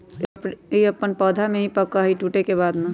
strawberry अपन पौधा में ही पका हई टूटे के बाद ना